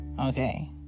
Okay